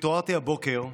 התעוררתי הבוקר,